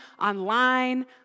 online